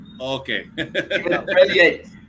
okay